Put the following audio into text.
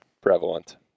prevalent